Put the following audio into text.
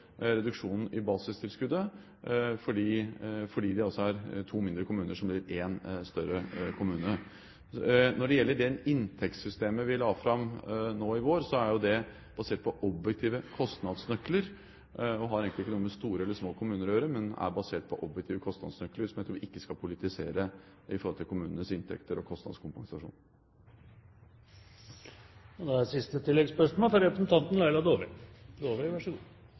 i basistilskuddet fordi det er to mindre kommuner som blir én større kommune. Når det gjelder det inntektssystemet vi la fram nå i vår, er det basert på objektive kostnadsnøkler og har egentlig ikke noe med store eller små kommuner å gjøre. Det er basert på objektive kostnadsnøkler som jeg tror vi ikke skal politisere når det gjelder kommunenes inntekter og kostnadskompensasjon. Laila Dåvøy – til oppfølgingsspørsmål. Det er